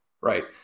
Right